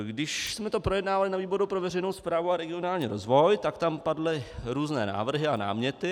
Když jsme to projednávali na výboru pro veřejnou správu a regionální rozvoj, tak tam padly různé návrhy a náměty.